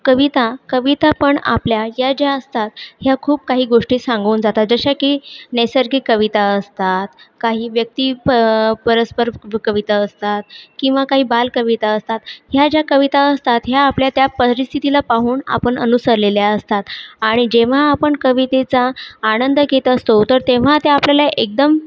कविता कविता पण आपल्या या ज्या असतात ह्या खूप काही गोष्टी सांगून जातात जशा की नैसर्गिक कविता असतात काही व्यक्ती प परस्पर कविता असतात किंवा काही बालकविता असतात ह्या ज्या कविता असतात ह्या आपल्या त्या परिस्थितीला पाहून आपण अनुसरलेल्या असतात आणि जेव्हा आपण कवितेचा आनंद घेत असतो तर तेव्हा त्या आपल्याला एकदम